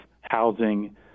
housing